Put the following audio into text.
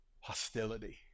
hostility